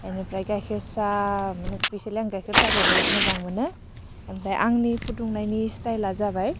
बिनिफ्राय गायखेर साह मानि स्पिसियेलि आं गायखेर साहाखौ बहुथ मोजां मोनो ओमफ्राय आंनि फुदुंनायनि स्टाइला जाबाय